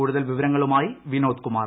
കൂടുതൽ വിവരങ്ങളുമായി വിനോദ് കുമാർ